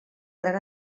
gran